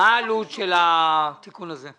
העלות של התיקון הזה?